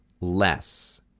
less